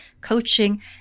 coaching